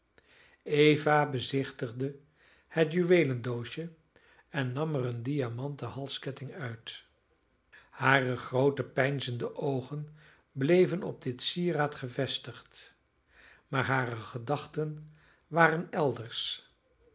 eva bezichtigde het juweelendoosje en nam er een diamanten halsketting uit hare groote peinzende oogen bleven op dit sieraad gevestigd maar hare gedachten waren elders